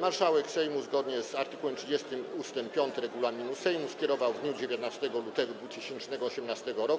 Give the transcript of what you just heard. Marszałek Sejmu, zgodnie z art. 30 ust. 5 regulaminu Sejmu, skierował w dniu 19 lutego 2018 r.